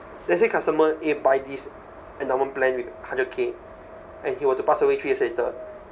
let's say customer A buy this endowment plan with hundred K and he were to pass away three years later